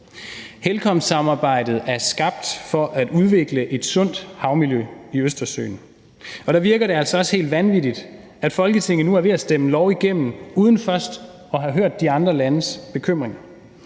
HELCOM-samarbejdet er skabt for at udvikle et sundt havmiljø i Østersøen, og der virker det altså også helt vanvittigt, at Folketinget nu er ved at stemme en lov igennem uden først at have hørt de andre landes bekymringer.